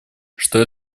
что